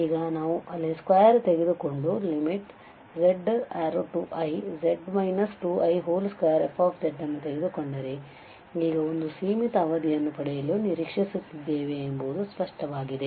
ಈಗ ನಾವು ಅಲ್ಲಿ ಸ್ಕಾರ್ ತೆಗೆದುಕೊಂಡುz→2iz 2i2f ಅನ್ನು ತೆಗೆದುಕೊಂಡರೆ ನಾವು ಈಗ ಒಂದು ಸೀಮಿತ ಅವಧಿಯನ್ನು ಪಡೆಯಲು ನಿರೀಕ್ಷಿಸುತ್ತಿದ್ದೇವೆ ಎಂಬುದು ಸ್ಪಷ್ಟವಾಗಿದೆ